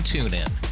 TuneIn